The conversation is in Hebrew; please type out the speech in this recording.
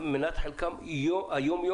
מנת חלקם היום-יומית.